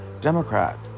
Democrat